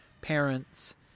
parents